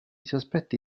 sospetti